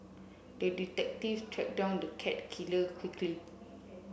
the detective tracked down the cat killer quickly